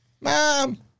mom